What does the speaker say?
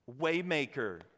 Waymaker